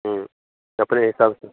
सबने एक साथ